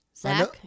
Zach